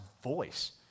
voice